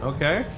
Okay